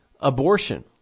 abortion